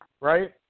right